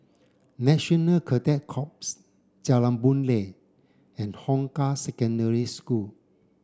National Cadet Corps Jalan Boon Lay and Hong Kah Secondary School